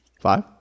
Five